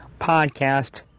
podcast